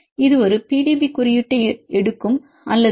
இது ஒரு PDB குறியீட்டை எடுக்கும் அல்லது எம்